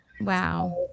Wow